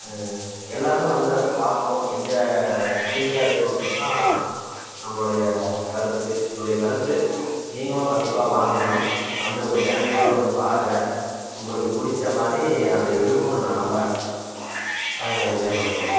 எல்லாருமே வந்து அங்கே பார்க்கணும் என்ஜா மகிழ்ச்சியாக இருக்கணுன்ற தான் நம்பளுடைய கருத்து என்னுடைய கருத்து நீங்களும் கண்டிப்பாக வாங்க மேடம் வந்து உங்கள் ஃபேமிலியோட வந்து பாருங்கள் உங்களுக்கு பிடிச்சமாரி அது இருக்குன்னு நான் நம்பறேன் என்ஜாய் பண்ணுங்கள் மேடம்